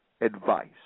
advice